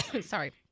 Sorry